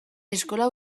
eskola